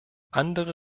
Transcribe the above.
andere